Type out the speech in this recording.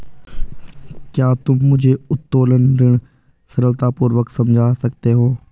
क्या तुम मुझे उत्तोलन ऋण सरलतापूर्वक समझा सकते हो?